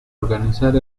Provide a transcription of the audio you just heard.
organizar